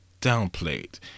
downplayed